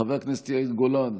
חבר הכנסת יאיר גולן,